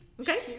Okay